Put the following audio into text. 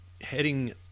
heading